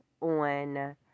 on